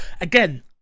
again